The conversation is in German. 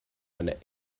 eine